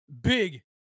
big